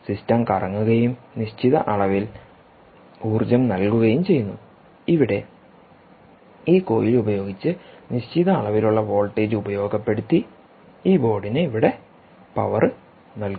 സിസ്റ്റംകറങ്ങുകയും നിശ്ചിത അളവിൽ ഊർജ്ജം നൽകുകയും ചെയ്യുന്നു ഇവിടെ ഈ കോയിൽ ഉപയോഗിച്ച് നിശ്ചിത അളവിലുള്ള വോൾട്ടേജ് ഉപയോഗപ്പെടുത്തി ഈ ബോർഡിന് ഇവിടെപവർ നൽകുന്നു